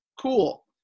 Cool